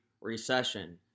recession